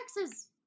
taxes